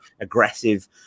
aggressive